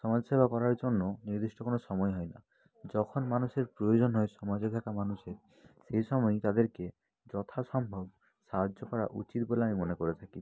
সমাজসেবা করার জন্য নির্দিষ্ট কোনো সময় হয় না যখন মানুষের প্রয়োজন হয় সমাজে থাকা মানুষের সেই সময়ই তাদেরকে যথা সম্ভব সাহায্য করা উচিত বলে আমি মনে করে থাকি